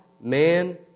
Man